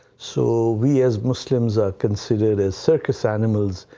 so we as muslims are considered as circus animals.